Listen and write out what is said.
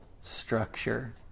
structure